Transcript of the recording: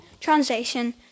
translation